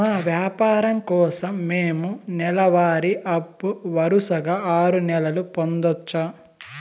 మా వ్యాపారం కోసం మేము నెల వారి అప్పు వరుసగా ఆరు నెలలు పొందొచ్చా?